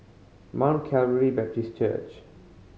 Mount Calvary Baptist Church